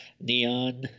Neon